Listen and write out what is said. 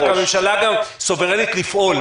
רק הממשלה גם סוברנית לפעול.